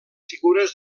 figures